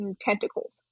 tentacles